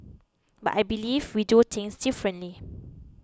but I believe we do things differently